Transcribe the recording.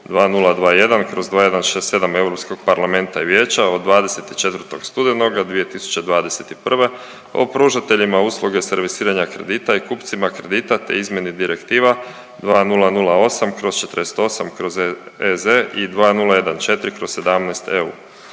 parlamenta i Vijeća od 24. studenoga 2021. o pružateljima usluge servisiranja kredita i kupcima kredita te izmjeni Direktiva 2008/48/EZ i 2014/17 EU.